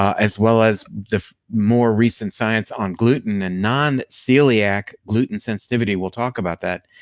as well as the more recent science on gluten and non-celiac gluten sensitivity, we'll talk about that,